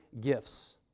gifts